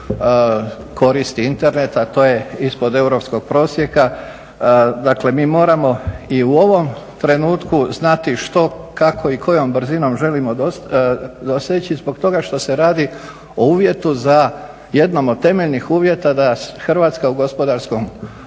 koristi Internet, a to je ispod europskog prosjeka. Dakle mi moramo i u ovom trenutku znati što, kako i kojom brzinom želimo doseći zbog toga što se radi o uvjetu za jednom od temeljnih uvjeta da Hrvatska u gospodarskom